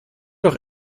auch